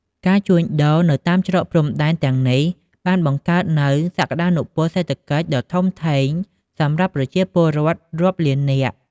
ការជួញដូរនៅតាមច្រកព្រំដែនទាំងនេះបានបង្កើតនូវ សក្តានុពលសេដ្ឋកិច្ចដ៏ធំធេង សម្រាប់ប្រជាពលរដ្ឋរាប់លាននាក់។